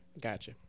Gotcha